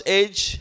age